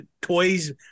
Toys